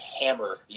hammer